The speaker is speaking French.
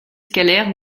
scalaire